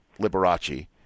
Liberace